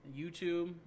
YouTube